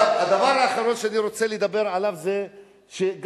הדבר האחרון שאני רוצה לדבר עליו זה גם